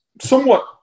somewhat